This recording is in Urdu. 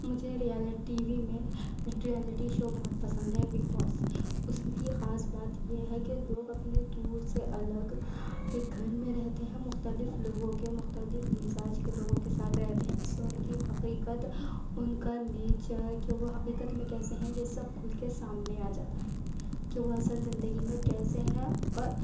مجھے ریئل ٹی وی میں ٹریزٹی شو بہت پسند ہے بگ باس اس کی خاص بات یہ ہے کہ لوگ اپنے دور سے الگ ایک گھر میں رہتے ہیں مختلف لوگوں کے مختلف مزاج کے لوگوں کے ساتھ رہتے ہیں اس سے ان کی حقیقت ان کا نیچر کہ وہ حقیقت میں کیسے ہیں یہ سب کھل کے سامنے آ جاتا ہے کہ وہ اصل زندگی میں کیسے ہیں اور